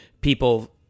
people